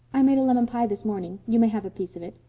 i made a lemon pie this morning. you may have a piece of it.